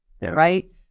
right